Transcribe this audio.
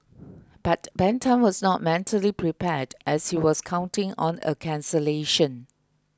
but Ben Tan was not mentally prepared as he was counting on a cancellation